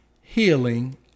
healing